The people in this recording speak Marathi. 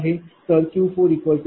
आहे तर QQL40